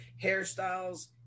hairstyles